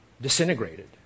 disintegrated